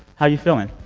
how are you feeling?